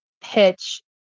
pitch